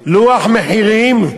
לוח מחירים,